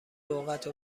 لغت